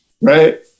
right